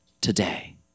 today